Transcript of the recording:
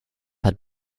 had